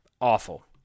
Awful